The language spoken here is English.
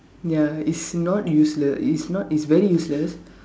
ya it's not useless it is not it's very useless